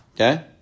okay